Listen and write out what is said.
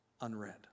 unread